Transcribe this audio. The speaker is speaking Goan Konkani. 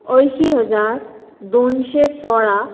अंयशीं हजार दोनशे सोळा